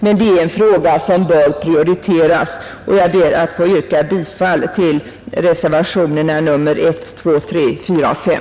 Men det är en fråga som bör prioriteras. Herr talman! Jag ber att få yrka bifall till reservationerna 1, 2, 3, 4 och 5.